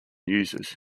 users